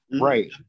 right